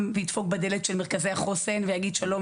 וידפוק בדלת של מרכזי החוסן ויגיד: שלום,